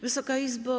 Wysoka Izbo!